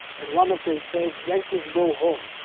and one of them said, yankees go home.